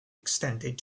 extended